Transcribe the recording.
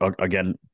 again